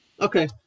okay